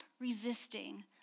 resisting